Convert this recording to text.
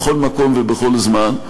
בכל מקום ובכל זמן,